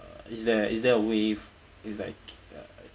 is there is there a waive is like